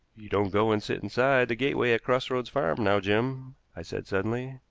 you don't go and sit inside the gateway at cross roads farm now, jim, i said suddenly.